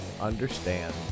understand